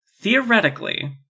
Theoretically